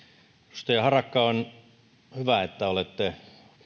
edustaja harakka on hyvä että olette